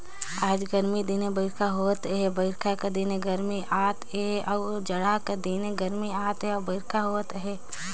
आएज गरमी दिने बरिखा होवत अहे बरिखा कर दिने गरमी करत अहे अउ जड़हा कर दिने गरमी अउ बरिखा होवत अहे